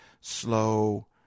slow